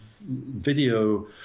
video